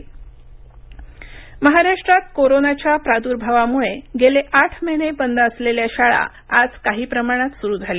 शाळा महाराष्ट्रात कोरोनाच्या प्राद्भावामुळे गेले आठ महिने बंद असलेल्या शाळा आज काही प्रमाणात सुरू झाल्या